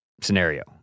scenario